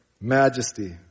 majesty